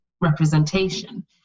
representation